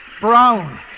brown